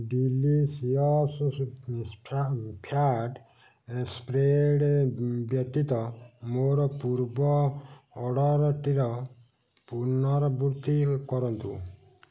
delicious fan fat spread ବ୍ୟତୀତ ମୋର ପୂର୍ବ ଅର୍ଡ଼ର୍ଟିର ପୁନରାବୃତ୍ତି କରନ୍ତୁ